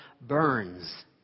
burns